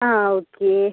ആ ഓക്കെ